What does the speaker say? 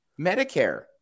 Medicare